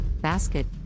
basket